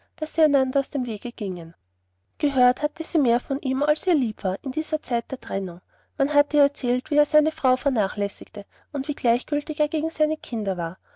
sie einander aus dem wege gingen gehört hatte sie mehr von ihm als ihr lieb war in dieser zeit der trennung man hatte ihr erzählt wie er seine frau vernachlässigte und wie gleichgültig er gegen seine kinder war